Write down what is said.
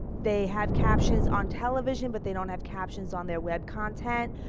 they have captions on television but they don't have captions on their web content.